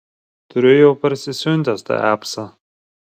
turiu jau parsisiuntęs tą apsą